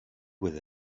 with